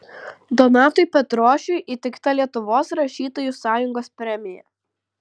donatui petrošiui įteikta lietuvos rašytojų sąjungos premija